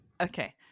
Okay